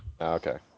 Okay